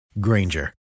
Granger